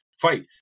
fight